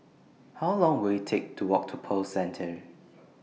How Long Will IT Take to Walk to Pearl Centre